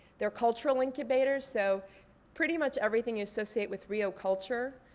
they're cultural incubators. so pretty much everything you associate with rio culture,